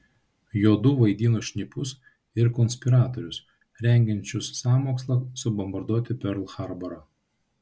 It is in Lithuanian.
juodu vaidino šnipus ir konspiratorius rengiančius sąmokslą subombarduoti perl harborą